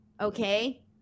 Okay